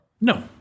No